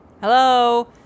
Hello